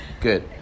good